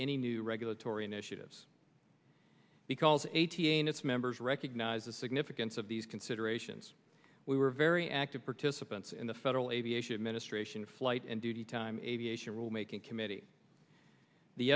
any new regulatory initiatives because eighty eight and its members recognize the significance of these considerations we were very active participants in the federal aviation administration flight and duty time aviation rule making committee the